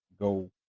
go